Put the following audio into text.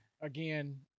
Again